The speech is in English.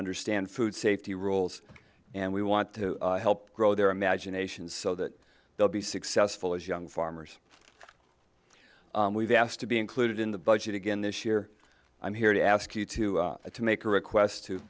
understand food safety rules and we want to help grow their imaginations so that they'll be successful as young farmers we've asked to be included in the budget again this year i'm here to ask you to to make a request to